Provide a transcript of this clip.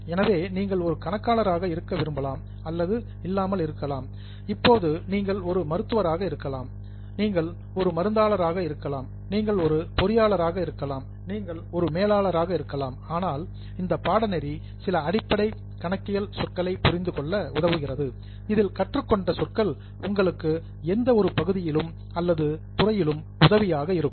எனவே நீங்கள் ஒரு கணக்காளராக இருக்க விரும்பலாம் அல்லது இல்லாமல் இருக்கலாம் நீங்கள் ஒரு மருத்துவராக இருக்கலாம் உங்கள் ஒரு பொறியாளராக இருக்கலாம் நீங்கள் ஒரு மேலாளராக இருக்கலாம் நீங்கள் ஒரு மருந்தாளராக இருக்கலாம் ஆனால் இந்த பாடநெறி சில அடிப்படை கணக்கியல் சொற்களை புரிந்து கொள்ள உதவுகிறது இதில் கற்றுக் கொண்ட சொற்கள் உங்களுக்கு எந்த ஒரு பகுதியிலும் அல்லது துறையிலும் உதவியாக இருக்கும்